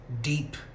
deep